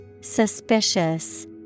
Suspicious